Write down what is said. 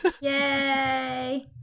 Yay